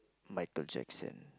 Michael-Jackson